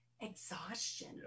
Exhaustion